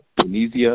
Tunisia